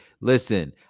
Listen